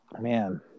man